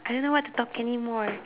I don't know what to talk anymore